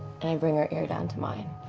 and i bring her ear down to mine,